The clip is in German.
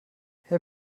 herr